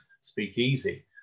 Speakeasy